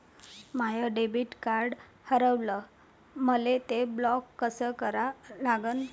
माय debit card हारवलं, मले ते ब्लॉक कस करा लागन?